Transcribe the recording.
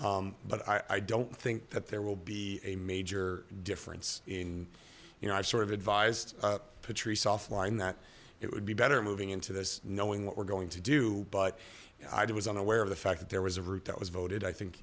action but i don't think that there will be a major difference in you know i sort of advised patrice offline that it would be better moving into this knowing what we're going to do but i do was unaware of the fact that there was a route that was voted i think